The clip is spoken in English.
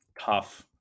tough